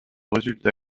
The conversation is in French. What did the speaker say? résultat